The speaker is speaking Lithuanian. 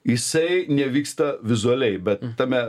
jisai nevyksta vizualiai bet tame